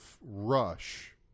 rush